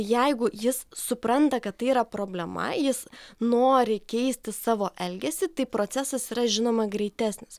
jeigu jis supranta kad tai yra problema jis nori keisti savo elgesį tai procesas yra žinoma greitesnis